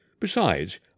Besides